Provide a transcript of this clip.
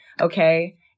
Okay